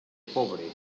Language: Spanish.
pobre